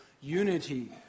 unity